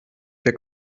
der